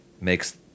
makes